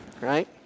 right